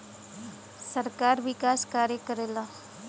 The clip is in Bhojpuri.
सरकार विकास कार्य करला